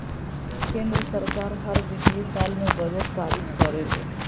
केंद्र सरकार हर वित्तीय साल में बजट पारित करेले